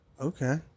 Okay